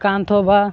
କାନ୍ଥ ବା